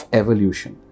evolution